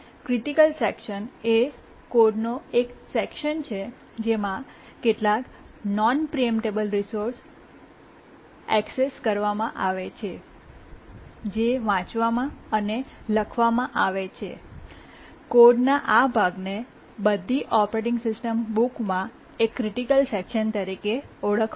critical section એ કોડનો એક સેકશન છે જેમાં કેટલાક નોન પ્રીએમ્પટેબલ રિસોર્સ એક્સેસને એક્સેસ કરવામાં આવે છે જે વાંચવામાં અને લખવામાં આવે છે અને કોડના આ ભાગને બધી ઓપરેટિંગ સિસ્ટમ બુકમાં એક ક્રિટિકલ સેકશન તરીકે ઓળખવામાં આવે છે